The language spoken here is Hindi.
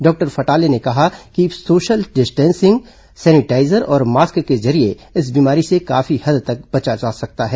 डॉक्टर फटाले ने कहा कि सोशल डिस्टिंसिंग सैनिटाईजर और मास्क के जरिये इस बीमारी से काफी हद तक बचा जा सकता है